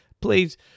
Please